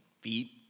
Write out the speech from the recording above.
feet